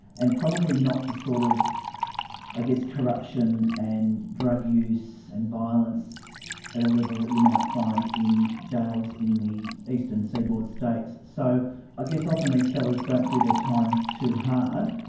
and probably not the sort of i guess corruption and drug use and violence at a level that you might find in jails in the eastern seaboard states. so i guess often these fellows don't do their time too hard.